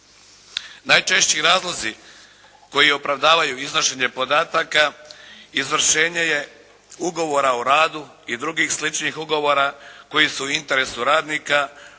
Najčešći razlozi koji opravdaju iznošenje podataka izvršenje je ugovora o radu i drugih sličnih ugovora koji su u interesu radnika